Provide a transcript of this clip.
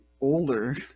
older